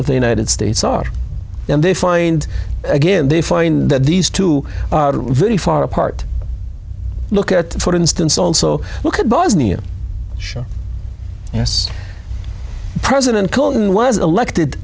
of the united states are and they find again they find that these two very far apart look at for instance also look at bosnia yes president clinton was elected